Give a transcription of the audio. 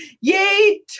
yay